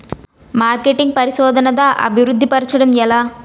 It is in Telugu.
మార్కెటింగ్ పరిశోధనదా అభివృద్ధి పరచడం ఎలా